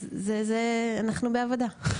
אנחנו בעבודה.